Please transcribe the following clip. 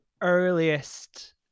earliest